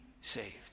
saved